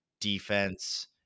defense